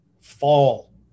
fall